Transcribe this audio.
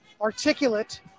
articulate